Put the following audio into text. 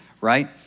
right